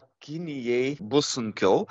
kinijai bus sunkiau